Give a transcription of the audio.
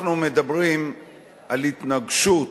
אנחנו מדברים על התנגשות